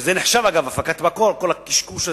שנחשב, אגב, הפקת מקור, כל הקשקוש הזה.